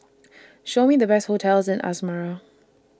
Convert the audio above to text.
Show Me The Best hotels in Asmara